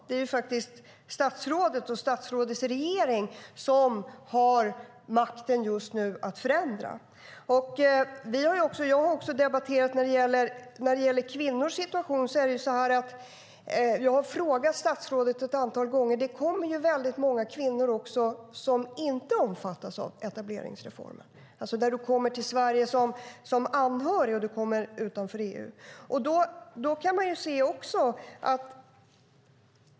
Det är statsrådet och statsrådets regering som har makten just nu att förändra. Det kommer också väldigt många kvinnor som inte omfattas av etableringsreformen. De kommer till Sverige som anhörig från ett land utanför EU.